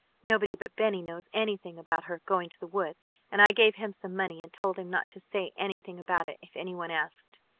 nobody but benny knows anything about her going to the woods and i gave him some money and told him not to say anything about it if anyone asked.